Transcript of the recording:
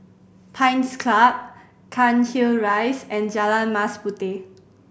Pines Club Cairnhill Rise and Jalan Mas Puteh